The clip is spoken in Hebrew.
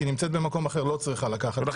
היא נמצאת במקום אחר לא צריכה לקחת --- ולכן